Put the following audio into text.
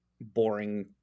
boring